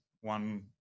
one